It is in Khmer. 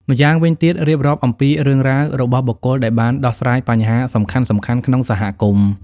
ម្យ៉ាងវិញទៀតរៀបរាប់អំពីរឿងរ៉ាវរបស់បុគ្គលដែលបានដោះស្រាយបញ្ហាសំខាន់ៗក្នុងសហគមន៍។